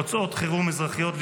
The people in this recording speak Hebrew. הוצאות חירום אזרחיות,